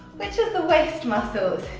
which is the waist muscles.